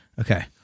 Okay